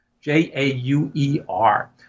J-A-U-E-R